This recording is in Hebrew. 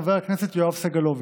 חבר הכנסת יואב סגלוביץ'.